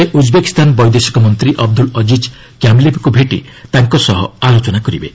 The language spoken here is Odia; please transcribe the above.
ସେ ଉଜ୍ବେକିସ୍ତାନ ବୈଦେଶିକ ମନ୍ତ୍ରୀ ଅବ୍ଦୁଲ୍ ଅଜିଜ୍ କ୍ୟାମିଲବ୍ଙ୍କୁ ଭେଟି ତାଙ୍କ ସହ ଆଲୋଚନା କରିବେ